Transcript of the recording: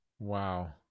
Wow